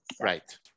Right